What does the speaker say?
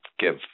give